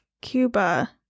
Cuba